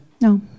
no